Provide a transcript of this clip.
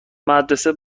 مدرسه